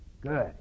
Good